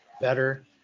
better